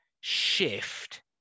shift